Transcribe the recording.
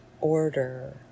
order